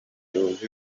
rihuza